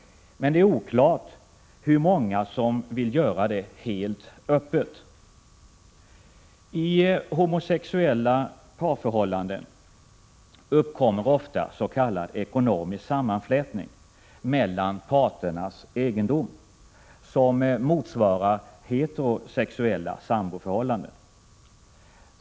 Det är oklart hur många som vill göra det helt öppet. I homosexuella parförhållanden uppkommer ofta en s.k. ekonomisk sammanflätning mellan parternas egendom som motsvarar heterosexuellas samboförhållanden.